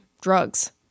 drugs